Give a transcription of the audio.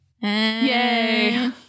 yay